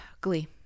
Glee